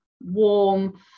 warm